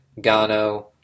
Gano